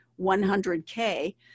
100k